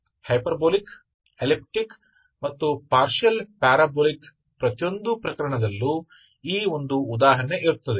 hyperbolic elliptic ಮತ್ತು partial parabolic ಪ್ರತಿಯೊಂದು ಪ್ರಕರಣದಲ್ಲೂ ಈ ಒಂದು ಉದಾಹರಣೆ ಇರುತ್ತದೆ